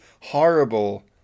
horrible